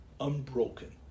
Unbroken